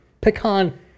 Pecan